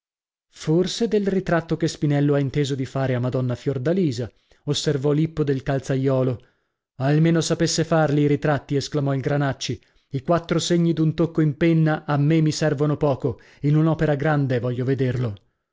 forse del ritratto che spinello ha inteso di fare a madonna fiordalisa osservò lippo del calzaiolo almeno sapesse farli i ritratti esclamò il granacci i quattro segni d'un tocco in penna a me mi servono poco in un'opera grande voglio vederlo